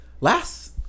last